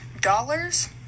Dollars